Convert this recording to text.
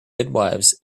midwifes